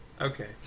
Okay